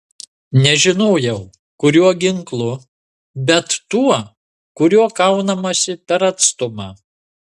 nežinojau kuriuo ginklu bet tuo kuriuo kaunamasi per atstumą